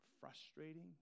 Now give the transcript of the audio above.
frustrating